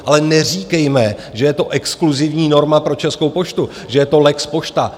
Ale neříkejme, že je to exkluzivní norma pro Českou poštu, že je to lex Pošta.